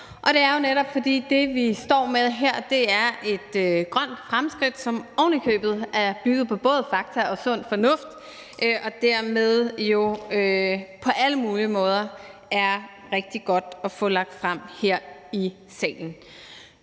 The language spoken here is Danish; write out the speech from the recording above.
det er jo netop, fordi det, vi står med her, er et grønt fremskridt, som ovenikøbet er bygget på både fakta og sund fornuft og dermed jo på alle mulige måder er rigtig godt at få lagt frem her i salen.